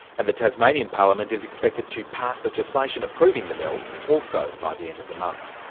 and the tasmanian parliament is expected to pass legislation approving the mill also by the end of the month.